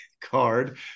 card